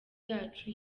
yacu